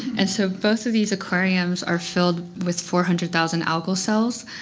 and so both of these aquariums are filled with four hundred thousand algal cells,